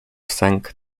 sęk